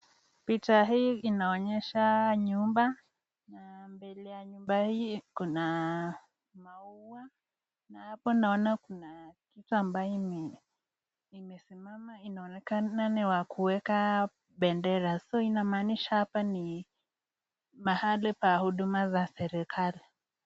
Picha hii inaonesha nyumba, na mbele ya nyumba hii kuna maua, na hapo naona kuna kitu ambayo imesimama inaonekana ni wa kueka bendera inamaanisha hapa ni pahali pa huduma ya serikali.